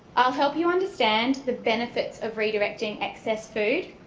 i'll help you understand the benefits of redirecting excess food,